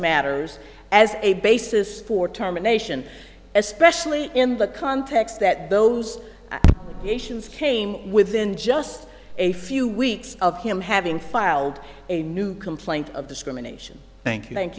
matters as a basis for terminations especially in the context that those patients came within just a few weeks of him having filed a new complaint of discrimination thank you thank